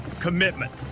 Commitment